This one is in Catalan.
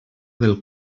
del